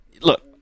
look